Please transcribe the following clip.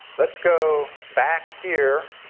let's go back here